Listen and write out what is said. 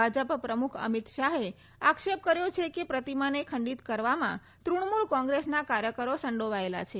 ભાજપ પ્રમુખ અમીત શાહે આક્ષેપ કર્યો છે કે પ્રતિમાને ખંડીત કરવામાં તૃણમુલ કોંગ્રેસના કાર્યકરો સંડોવાયેલા છે